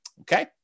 Okay